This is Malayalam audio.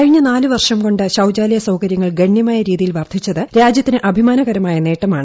കഴിഞ്ഞ് നാല് വർഷം കൊണ്ട് ശൌചലായ സൌകര്യങ്ങൾ ഗണ്യമായ രീതിയിൽ വർദ്ധിച്ചത് രാജ്യത്തിന് നേട്ടമാണ്